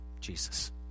Jesus